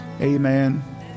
amen